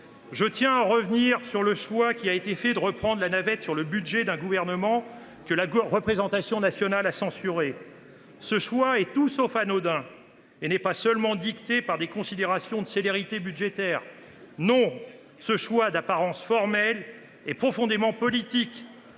Je tiens à revenir sur le choix qui a été fait de reprendre la navette sur le budget d’un gouvernement que la représentation nationale a censuré. Ce choix, tout sauf anodin, n’est pas seulement dicté par des considérations de célérité budgétaire. Ce choix, d’apparence formelle, est profondément politique